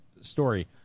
story